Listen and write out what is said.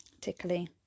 tickly